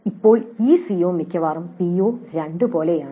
ഇപ്പോൾ ഈ സിഒ മിക്കവാറും പിഒ2 പോലെയാണ്